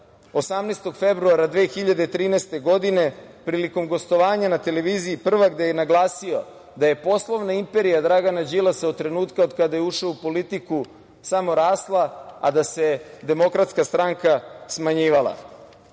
18. februara 2013. godine, prilikom gostovanja na televiziji „Prva“, gde je naglasio da je poslovna imperija Dragana Đilasa od trenutka kada je ušao u politiku samo rasla, a da se DS smanjivala. On,